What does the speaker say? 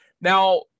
Now